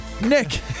Nick